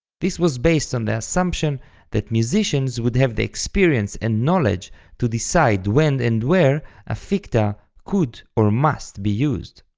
this was based on the assumption that musicians would have the experience and knowledge to decide when and where a ficta could or must be used.